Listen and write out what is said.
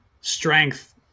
strength